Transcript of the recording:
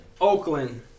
Oakland